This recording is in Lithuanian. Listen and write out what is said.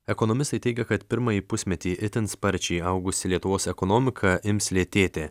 ekonomistai teigia kad pirmąjį pusmetį itin sparčiai augusi lietuvos ekonomika ims lėtėti